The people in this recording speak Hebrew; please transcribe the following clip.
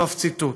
סוף ציטוט.